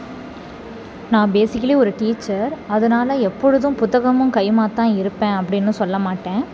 நான் பேசிக்கலி ஒரு டீச்சர் அதனாலே எப்பொழுதும் புத்தகமும் கையுமாகத்தான் இருப்பேன் அப்படினு சொல்ல மாட்டேன்